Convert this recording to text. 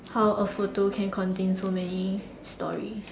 how a photo can contain so many stories